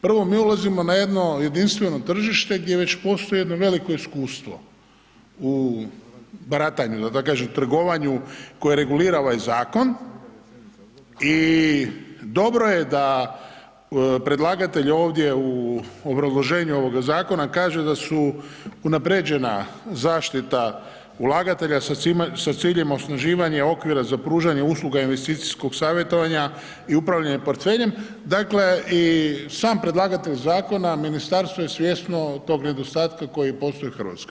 Prvo, mi ulazimo na jedno jedinstveno tržište gdje već postoji jedno veliko iskustvo u baratanju, da tako kažem trgovanju koje regulira ovaj zakon i dobro je da predlagatelj ovdje u obrazloženju ovoga zakona kaže da su unaprjeđena zaštita ulagatelja sa ciljem osnaživanja okvira za pružanje usluga investicijskog savjetovanja i upravljanja portfeljem, dakle i sam predlagatelj zakona, ministarstvo je svjesno tog nedostatka koji postoji u Hrvatskoj.